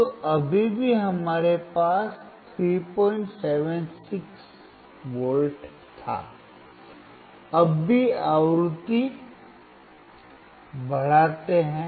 तो अभी भी हमारे पास 376V था अब भी आवृत्ति बढ़ाते हैं